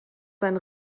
sein